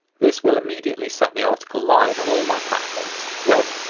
this will immediately set the article live on all my platforms web,